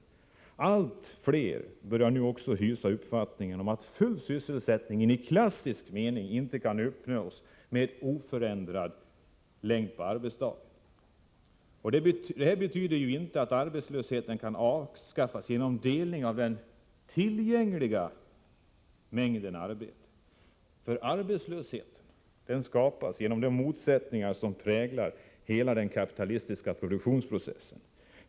Arbetstid och ledig Allt fler börjar nu också hysa uppfattningen att full sysselsättning i klassisk hat mening inte kan uppnås med oförändrad längd på arbetsdagen. Det här betyder inte att arbetslösheten kan avskaffas genom delning av den tillgängliga mängden arbete. Arbetslösheten skapas av de motsättningar som präglar hela den kapitalistiska produktionsprocessen.